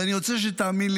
ואני רוצה שתאמין לי,